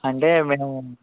అంటే మేము